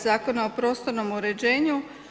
Zakona o prostornom uređenju.